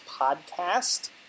podcast